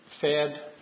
fed